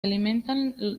alimentan